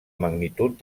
magnitud